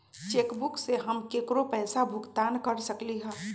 cheque book से हम केकरो पैसा भुगतान कर सकली ह